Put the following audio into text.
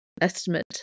estimate